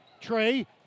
Trey